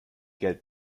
geld